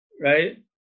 right